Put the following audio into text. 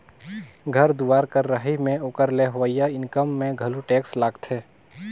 घर दुवार कर रहई में ओकर ले होवइया इनकम में घलो टेक्स लागथें